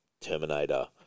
Terminator